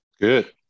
Good